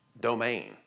domain